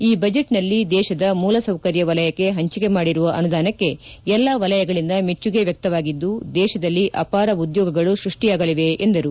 ಈ ಬಜೆಟ್ನಲ್ಲಿ ದೇಶದ ಮೂಲ ಸೌಕರ್ಯ ವಲಯಕ್ಕೆ ಪಂಚಿಕೆ ಮಾಡಿರುವ ಅನುದಾನಕ್ಕೆ ಎಲ್ಲಾ ವಲಯಗಳಿಂದ ಮೆಚ್ಚುಗೆ ವ್ಯಕ್ತವಾಗಿದ್ದು ದೇಶದಲ್ಲಿ ಅಪಾರ ಉದ್ಯೋಗಗಳು ಸೃಷ್ಟಿಯಾಗಲಿವೆ ಎಂದರು